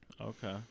Okay